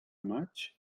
maig